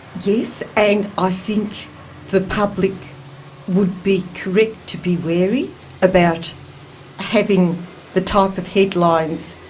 yes, and i think the public would be correct to be wary about having the type of headlines,